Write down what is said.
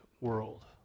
world